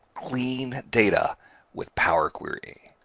clean data with power query.